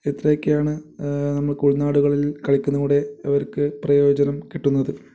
ഇത്രെയൊക്കെയാണ് നമ്മൾക്ക് ഉൾനാടുകളിൽ കളിക്കുന്നതിലൂടെ ഇവർക്ക് പ്രയോജനം കിട്ടുന്നത്